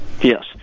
Yes